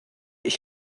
ich